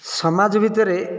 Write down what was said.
ସମାଜ ଭିତରେ